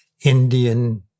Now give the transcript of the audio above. Indian